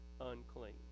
unclean